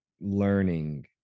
learning